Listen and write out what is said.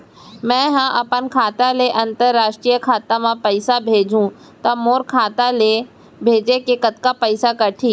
मै ह अपन खाता ले, अंतरराष्ट्रीय खाता मा पइसा भेजहु त मोर खाता ले, भेजे के कतका पइसा कटही?